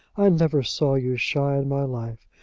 i never saw you shy in my life.